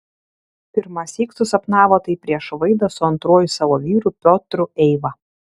pirmąsyk susapnavo tai prieš vaidą su antruoju savo vyru piotru eiva